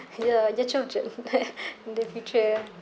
ya your children in the future